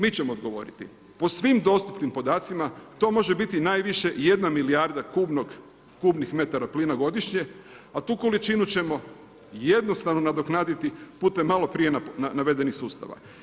Mi ćemo odgovoriti, po svim dostupnim podacima to može biti najviše jedna milijarda kubnih metara plina godišnje, a tu količinu ćemo jednostavno nadoknaditi putem maloprije navedenih sustava.